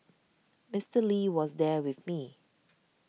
Mister Lee was there with me